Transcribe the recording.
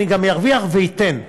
אני גם ארוויח ואתן,